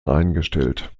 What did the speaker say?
eingestellt